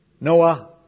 Noah